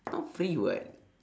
not free [what]